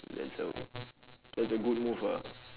that's uh that's a good move ah